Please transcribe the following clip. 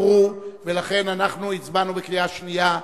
אין עליו הסתייגויות.